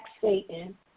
Satan